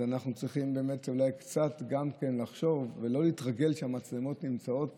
אז אנחנו צריכים אולי קצת לחשוב ולא להתרגל שהמצלמות נמצאות פה,